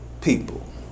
people